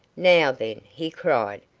now, then, he cried,